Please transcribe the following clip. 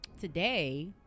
today